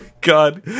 God